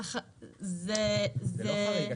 זה לא חריג.